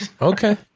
Okay